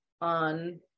on